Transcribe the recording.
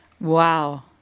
Wow